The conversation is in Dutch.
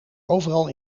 overal